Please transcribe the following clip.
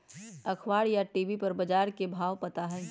अखबार या टी.वी पर बजार के भाव पता होई?